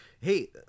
hey